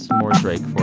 more drake